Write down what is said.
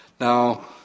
Now